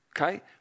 okay